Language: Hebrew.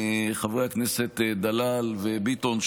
חברי הכנסת דלל וביטון,